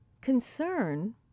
Concern